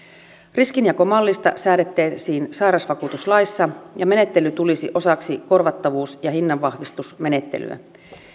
riskinjakomallista säädettäisiin sairausvakuutuslaissa ja menettely tulisi osaksi korvattavuus ja hinnanvahvistusmenettelyä